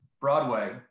Broadway